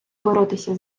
боротися